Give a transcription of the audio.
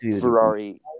Ferrari